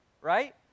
right